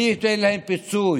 מי ייתן להם פיצוי?